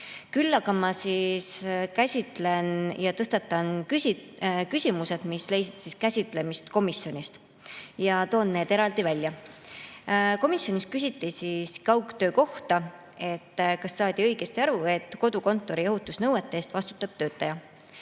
Küll aga ma käsitlen ja tõstatan küsimusi, mis leidsid käsitlemist komisjonis, ja toon need eraldi välja. Komisjonis küsiti kaugtöö kohta, et kas saadi õigesti aru, et kodukontori ohutusnõuete eest vastutab töötaja.